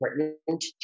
important